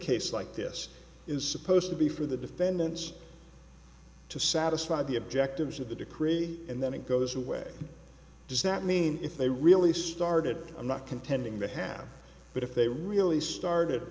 case like this is supposed to be for the defendants to satisfy the objectives of the decree and then it goes away does that mean if they really started i'm not contending behalf but if they really started